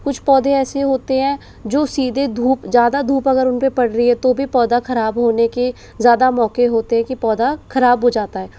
कुछ पौधे ऐसे होते हैं जो सीधे धूप ज़्यादा धूप अगर उन पर पड़ रही है तो भी पौधा खराब होने के ज़्यादा मौके होते हैं कि पौधा ख़राब हो जाता है